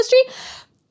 industry